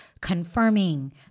confirming